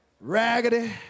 raggedy